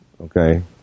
Okay